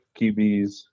QBs